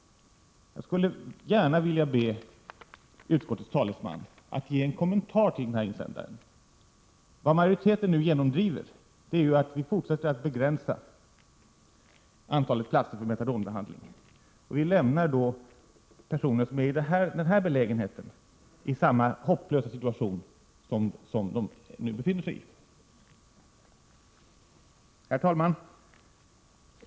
Jag skulle vilja be utskottets talesman att ge en kommentar till den här insändaren. Vad majoriteten nu genomdriver är att vi fortsätter att begränsa antalet platser för metadonbehandling. Vi lämnar då personer som är i en sådan här belägenhet i samma hopplösa situation som de nu befinner sig i. Herr talman!